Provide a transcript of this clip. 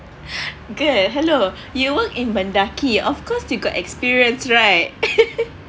girl hello you work in MENDAKI of course you got experience right